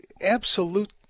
absolute